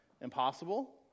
impossible